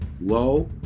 low